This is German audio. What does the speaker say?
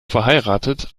verheiratet